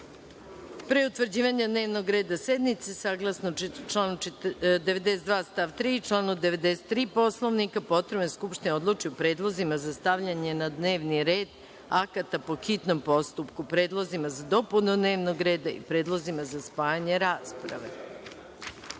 utvrđivanja dnevnog reda sednice, saglasno članu 92. stav 3. i članu 93. Poslovnika, potrebno je da Skupština odluči o predlozima za stavljanje na dnevni red akata po hitnom postupku, predlozima za dopunu dnevnog reda i predlozima za spajanje rasprave. Narodni